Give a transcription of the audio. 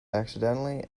accidentally